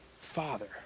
Father